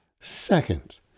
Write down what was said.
Second